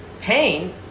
pain